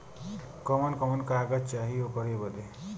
कवन कवन कागज चाही ओकर बदे?